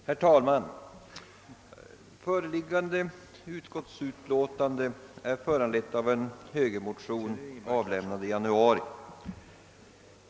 Herr talman! Föreliggande utskottsutlåtande är föranlett av en högermotion som avlämnades i januari.